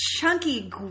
chunky